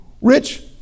rich